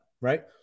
right